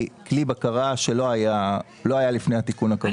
בקרה שלא היה לפני התיקון הקבוע לחוק.